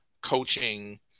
coaching